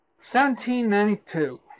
1792